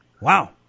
Wow